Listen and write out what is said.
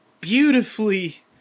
beautifully